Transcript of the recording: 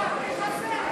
מי חסר,